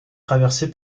traversée